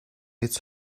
its